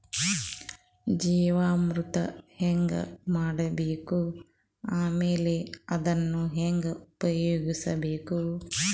ಜೀವಾಮೃತ ಹೆಂಗ ಮಾಡಬೇಕು ಆಮೇಲೆ ಅದನ್ನ ಹೆಂಗ ಉಪಯೋಗಿಸಬೇಕು?